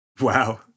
Wow